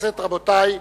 רבותי,